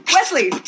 Wesley